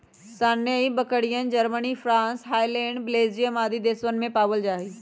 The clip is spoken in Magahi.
सानेंइ बकरियन, जर्मनी, फ्राँस, हॉलैंड, बेल्जियम आदि देशवन में भी पावल जाहई